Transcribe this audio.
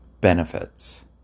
benefits